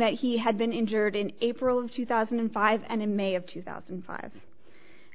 that he had been injured in april of two thousand and five and in may of two thousand and five